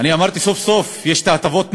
אני אמרתי: סוף-סוף יש את הטבות המס,